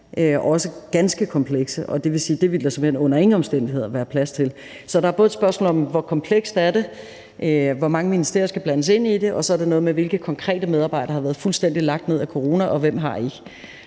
og det vil sige, at det ville der så under ingen omstændigheder være plads til. Så det er både et spørgsmål om, hvor komplekst det er, hvor mange ministerier der skal blandes ind i det, og så er det noget med, hvilke konkrete medarbejdere der har været fuldstændig lagt ned på grund af corona, og hvem der